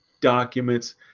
documents